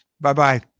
Bye-bye